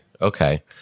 okay